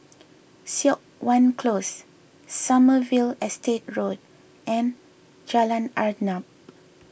Siok Wan Close Sommerville Estate Road and Jalan Arnap